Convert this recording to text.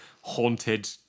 Haunted